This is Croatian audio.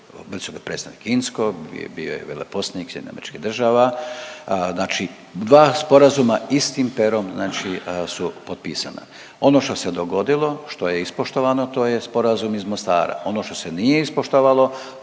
ne razumije./… bio je veleposlanik SAD znači dva sporazuma istim perom su potpisana. Ono što se dogodilo što je ispoštovano to je sporazum iz Mostara, ono što se nije ispoštovalo